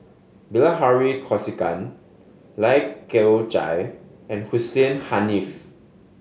Bilahari Kausikan Lai Kew Chai and Hussein Haniff